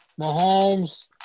Mahomes